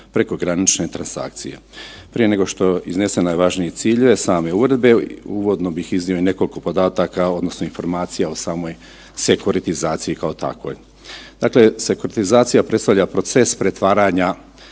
prekogranične transakcije. Prije nego što iznesem najvažnije ciljeve same Uredbe, uvodno bih iznio i nekoliko podataka odnosno informacija o samoj sekuritizaciji kao takvoj. Dakle, sekuritizacija predstavlja proces pretvaranja